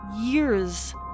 years